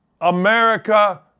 America